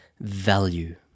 value